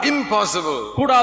Impossible